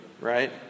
right